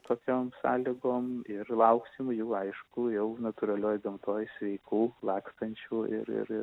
tokiom sąlygom ir lauksim jų aišku jau natūralioj gamtoj sveikų lakstančių ir ir ir